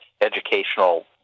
educational